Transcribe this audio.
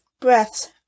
breaths